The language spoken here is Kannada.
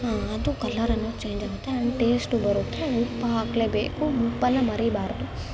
ಅದು ಕಲ್ಲರನ್ನು ಚೇಂಜ್ ಆಗುತ್ತೆ ಆ್ಯಂಡ್ ಟೇಸ್ಟು ಬರುತ್ತೆ ಉಪ್ಪು ಹಾಕಲೇಬೇಕು ಉಪ್ಪನ್ನ ಮರೀಬಾರ್ದು